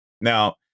now